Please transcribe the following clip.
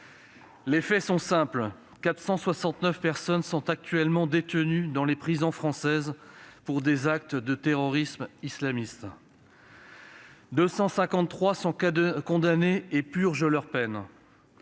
Les faits sont simples : 469 personnes sont actuellement détenues dans les prisons françaises pour des actes de terrorisme islamiste ; 253 sont condamnées et purgent leur peine